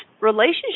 relationship